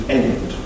end